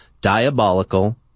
Diabolical